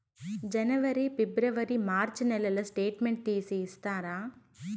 జనవరి, February, March నెలల statement తీసి ఇస్తారా?